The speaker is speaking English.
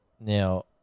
now